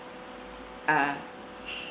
uh